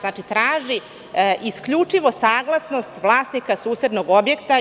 On traži isključivo saglasnost vlasnika susednog objekta.